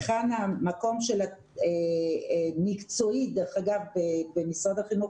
היכן המקום של המקצועי דרך אגב במשרד החינוך